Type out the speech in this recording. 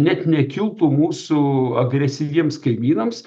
net nekiltų mūsų agresyviems kaimynams